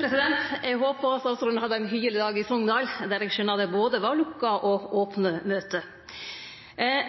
Navarsete. Eg håpar at statsråden hadde ein hyggjeleg dag i Sogndal, der eg skjønar det var både lukka og opne møte.